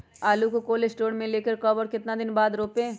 आलु को cold store से ले के कब और कितना दिन बाद रोपे?